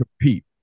compete